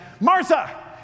Martha